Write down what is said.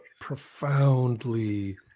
profoundly